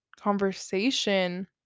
conversation